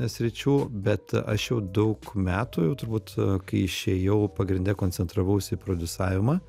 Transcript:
sričių bet aš jau daug metų jau turbūt kai išėjau pagrinde koncentravausi į prodiusavimą